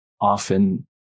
often